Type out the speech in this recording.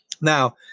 Now